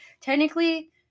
technically